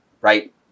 right